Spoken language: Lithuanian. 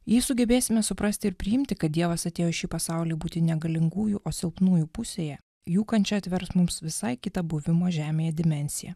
jį sugebėsime suprasti ir priimti kad dievas atėjo į šį pasaulį būti ne galingųjų o silpnųjų pusėje jų kančia atvers mums visai kitą buvimo žemėje dimensiją